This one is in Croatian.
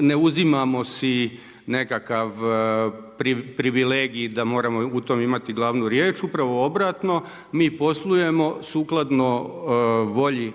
ne uzimamo si nekakav privilegij da moramo u tom imati glavnu riječ. Upravo obratno. Mi poslujemo sukladno volji